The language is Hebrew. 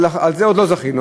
לזה עוד לא זכינו.